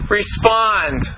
respond